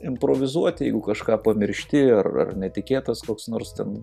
improvizuoti jeigu kažką pamiršti ar ar netikėtas koks nors ten